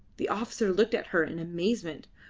the officer looked at her in amazement.